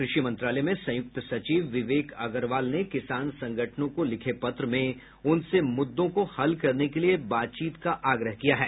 कृषि मंत्रालय में संयुक्त सचिव विवेक अग्रवाल ने किसान संगठनों को लिखे पत्र में उनसे मुद्दों को हल करने के लिए बातचीत का आग्रह किया है